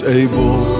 able